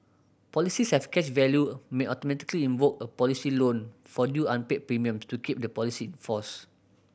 policies with cash value may automatically invoke a policy loan for due unpaid premium to keep the policy in force